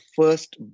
first